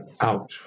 out